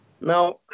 Now